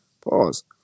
Pause